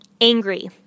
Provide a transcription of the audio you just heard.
Angry